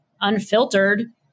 unfiltered